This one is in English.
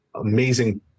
amazing